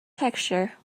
texture